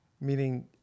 Meaning